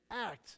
act